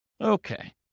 Okay